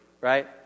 Right